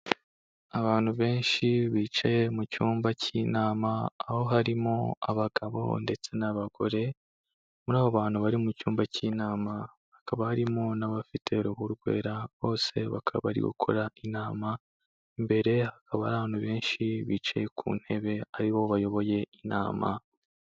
Abantu benshi bicaye mu cyumba cy'inama, aho harimo abagabo ndetse n'abagore, muri abo bantu bari mu cyumba cy'inama, hakaba harimo n'abafite uruhu rwera, bose bakaba bari gukora inama, imbere hakaba hari abantu benshi bicaye ku ntebe, ari bo bayoboye inama.